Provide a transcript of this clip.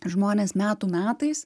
žmonės metų metais